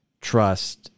trust